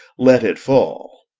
let it fall.